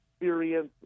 experience